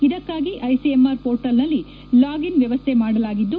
ಇದಕ್ಕಾಗಿ ಐಸಿಎಂಆರ್ ಮೋರ್ಟಲ್ನಲ್ಲಿ ಲಾಗ್ಇನ್ ವ್ಯವಸ್ಥೆ ಮಾಡಲಾಗಿದ್ದು